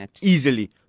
easily